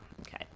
Okay